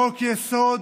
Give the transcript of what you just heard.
חוק-יסוד